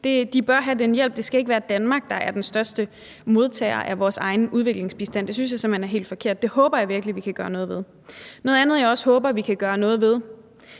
De bør have den hjælp; det skal ikke være Danmark, der er den største modtager af vores egen udviklingsbistand. Det synes jeg simpelt hen er helt forkert. Det håber jeg virkelig vi kan gøre noget ved. Noget andet, jeg håber at vi kan gøre noget ved,